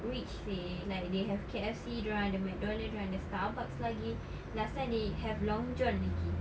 rich seh like they have K_F_C dorang ada Mcdonald's dorang ada Starbucks lagi last time they have Long John lagi